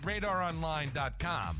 radaronline.com